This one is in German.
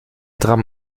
tram